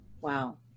Wow